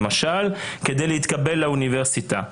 למשל כדי להתקבל לאוניברסיטה.